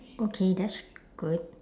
okay that's good